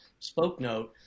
Spokenote